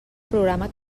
programa